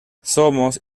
somos